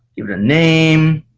give it a name.